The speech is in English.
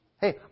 Hey